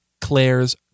Claire's